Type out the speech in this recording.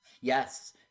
Yes